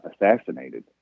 assassinated